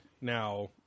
Now